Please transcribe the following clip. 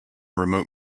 remote